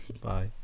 Bye